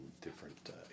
different